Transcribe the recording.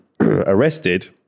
arrested